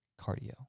cardio